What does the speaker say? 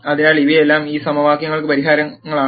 അതിനാൽ ഇവയെല്ലാം ഈ സമവാക്യങ്ങൾക്ക് പരിഹാരങ്ങളാണ്